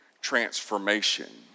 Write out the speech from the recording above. transformation